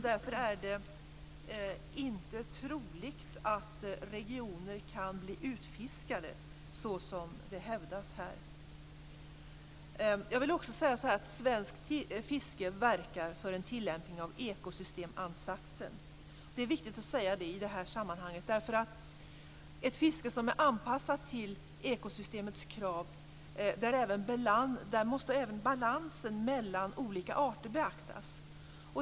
Därför är det inte troligt att regioner kan bli utfiskade så som hävdades här. Jag vill också säga att svenskt fiske verkar för en tillämpning av ekosystemansatsen. Det är viktigt att säga det i detta sammanhang. I ett fiske som är anpassat till ekosystemets krav måste även balansen mellan olika arter beaktas.